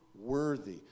worthy